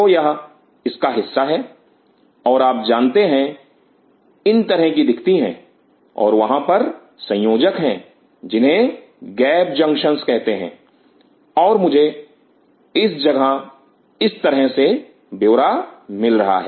तो यह इसका हिस्सा है और आप जानते हैं इन Refer Time 0233 तरह की दिखती हैं और वहां पर संयोजक हैं जिन्हें गैप जंक्शंस कहते हैं और मुझे इस जगह इस तरह से ब्यौरा मिल रहा है